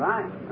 Right